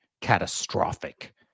catastrophic